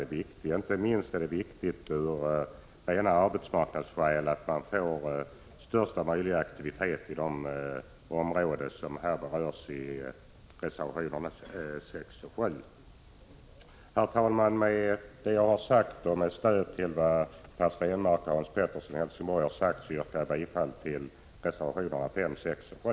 Inte minst av rena arbetsmarknadsskäl är det viktigt att 24 april 1986 man får största möjliga aktivitet i de områden som berörs av reservationerna. SG RR 6 och 7 Anslag till tullverket Herr talman! Med vad jag här sagt och med stöd till vad som har anförts av re Per Stenmarck och Hans Pettersson i Helsingborg yrkar jag alltså bifall till reservationerna 5, 6 och 7.